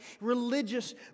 religious